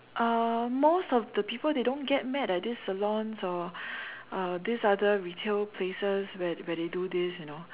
uh most of the people they don't get mad at these salons or uh these other retail places where where they do this you know